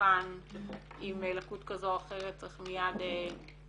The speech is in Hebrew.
שמאובחן עם לקות כזו או אחרת צריך מייד להיות